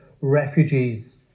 refugees